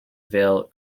vale